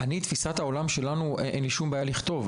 את תפיסת העולם שלנו, אין לי שום בעיה לכתוב.